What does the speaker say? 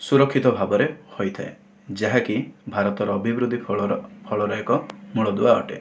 ସୁରକ୍ଷିତ ଭାବରେ ହୋଇଥାଏ ଯାହାକି ଭାରତର ଅଭିବୃଦ୍ଧି ଫଳର ଫଳର ଏକ ମୂଳଦୁଆ ଅଟେ